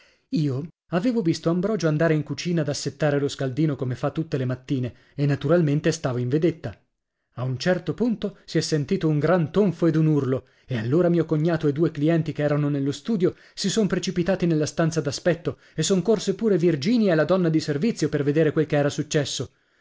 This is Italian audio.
io avevo visto ambrogio andare in cucina ad assettare lo scaldino come fa tutte le mattine e naturalmente stavo in vedetta a un certo punto si è sentito un gran tonfo ed un urlo e allora mio cognato e due clienti che erano nello studio si son precipitati nella stanza d'aspetto e son corse pure virginia e la donna di servizio per vedere quel che era successo